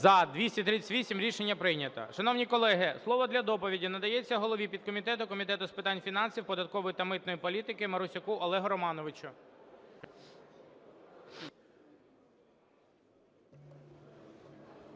За-238 Рішення прийнято. Шановні колеги, слово для доповіді надається голові підкомітету Комітету з питань фінансів, податкової та митної політики Марусяку Олегу Романовичу.